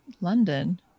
London